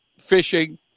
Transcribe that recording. fishing